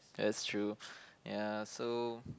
that's true ya so